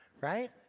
Right